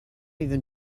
even